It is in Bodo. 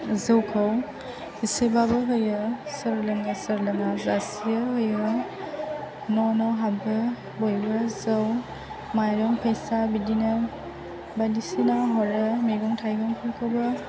जौखौ एसेबाबो होयो सोर लोङो सोर लोङा जासियो होयो न' न' हाबो बयबो जौ माइरं फैसा बिदिनो बायदिसिना हरो मैगं थायगंफोरखौबो